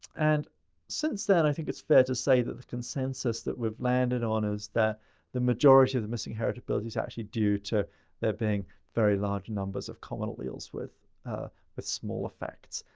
and since then i think it's fair to say that the consensus that we've landed on is that the majority of the missing heritability is actually due to there being very large numbers of common alleles with but small effects.